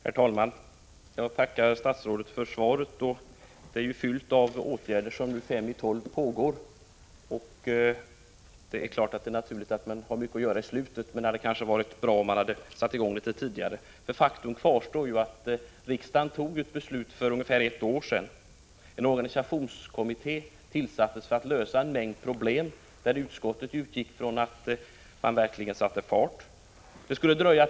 Herr talman! Jag tackar statsrådet för svaret. Det är ju fyllt av besked om åtgärder som ännu, klockan fem i tolv, pågår. Det är visserligen naturligt att man har mycket att göra på slutet, men det hade nog varit bra om man hade satt i gång litet tidigare. Faktum kvarstår att riksdagen för ungefär ett år sedan fattade beslut om att en organisationskommitté skulle tillsättas för att lösa en mängd problem. Inom utskottet utgick vi från att man verkligen skulle sätta fart med detta arbete.